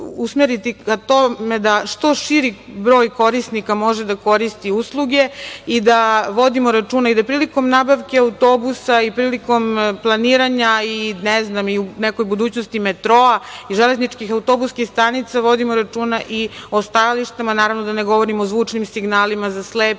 usmeriti ka tome da što širi broj korisnika može da koristi usluge i da vodimo računa i da prilikom nabavke autobusa i prilikom planiranja i, ne znam, i u nekoj budućnosti metroa i železničkih i autobuskih stanica vodimo računa i o stajalištima, naravno da ne govorim o zvučnim signalima za slepe,